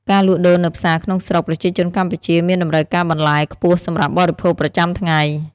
ការលក់ដូរនៅផ្សារក្នុងស្រុកប្រជាជនកម្ពុជាមានតម្រូវការបន្លែខ្ពស់សម្រាប់បរិភោគប្រចាំថ្ងៃ។